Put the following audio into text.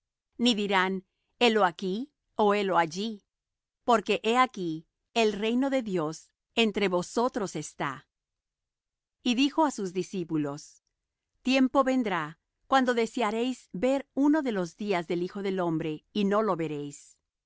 ni dirán helo aquí ó helo allí porque he aquí el reino de dios entre vosotros está y dijo á sus discípulos tiempo vendrá cuando desearéis ver uno de los días del hijo del hombre y no lo veréis